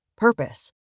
purpose